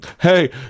hey